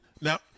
Now